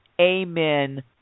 Amen